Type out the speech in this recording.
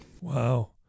Wow